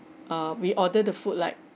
uh we order the food like